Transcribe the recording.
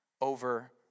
over